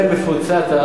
תראה מפוצץ.